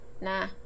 nah